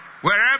wherever